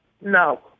No